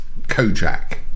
Kojak